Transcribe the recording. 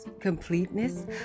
completeness